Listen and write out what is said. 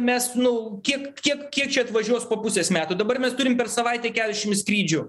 mes nu kiek kiek kiek čia atvažiuos po pusės metų dabar mes turim per savaitę keliašim skrydžių